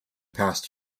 past